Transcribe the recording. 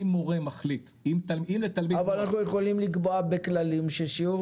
אבל אנחנו יכולים לקבוע בכללים ששיעור